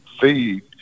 feed